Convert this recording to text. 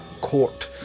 court